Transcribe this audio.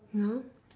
no